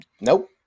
nope